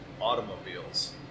automobiles